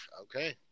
Okay